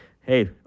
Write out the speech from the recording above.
hey